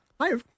Hi